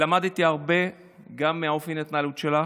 למדתי הרבה גם מאופן ההתנהלות שלך.